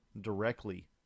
directly